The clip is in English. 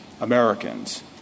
Americans